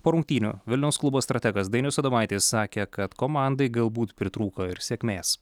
po rungtynių vilniaus klubo strategas dainius adomaitis sakė kad komandai galbūt pritrūko ir sėkmės